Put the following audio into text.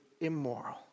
immoral